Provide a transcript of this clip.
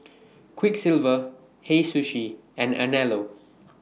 Quiksilver Hei Sushi and Anello